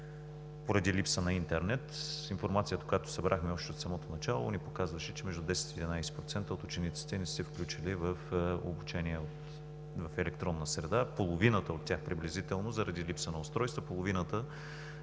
поради липса на интернет. Информацията, която събрахме още от самото начало, ни показваше, че между 10 – 11% от учениците не са се включили в обучение в електронна среда. Половината от тях приблизително заради липса на устройства, половината